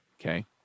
okay